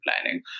planning